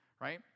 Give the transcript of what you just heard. right